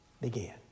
began